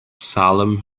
salem